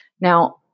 Now